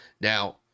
Now